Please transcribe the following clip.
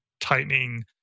tightening